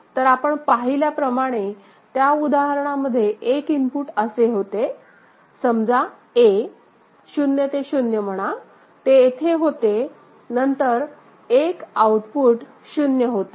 तर आपण पाहिल्याप्रमाणे त्या उदाहरणामध्ये 1 इनपुट असे होते समजा a 0 ते 0 म्हणा ते येथे होते नंतर 1 आउटपुट 0 होते